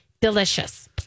Delicious